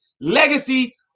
legacy